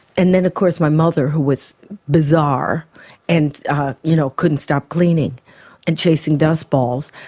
and then of course my mother who was bizarre and you know couldn't stop cleaning and chasing dust-balls,